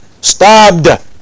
stabbed